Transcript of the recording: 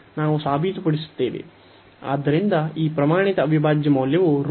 ಆದ್ದರಿಂದ ಈ ಪ್ರಮಾಣಿತ ಅವಿಭಾಜ್ಯ ಮೌಲ್ಯವು √π 2 ಆಗಿದೆ